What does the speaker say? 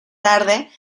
tarde